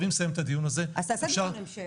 אז תעשה דיון המשך.